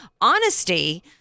honesty